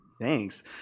thanks